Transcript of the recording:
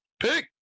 Pick